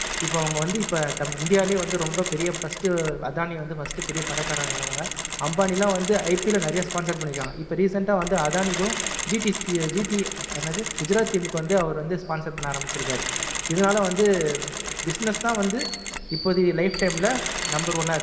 இப்போ அவங்க வந்து இப்போ இந்தியாவிலே வந்து ரொம்ப பெரிய ஃபர்ஸ்ட் அதாணி வந்து ஃபர்ஸ்ட் பெரிய பணக்காரனா ஆனாங்க அம்பானிலாம் வந்து ஐபிஎல் ல நிறைய ஸ்பான்சர் பண்ணி இருக்காங்க இப்போ ரீசன்ட்டாக வந்து அதானிக்கும் ஜிடி என்னது குஜராத் டீம்க்கு வந்து அவர் ஸ்பான்சர் பண்ண ஆரம்பிச்சிருக்காரு இதனால் வந்து பிசினஸ் தான் வந்து இப்போதைக்கு லைஃப் டைமில் நம்பர் ஒன்றா இருக்குது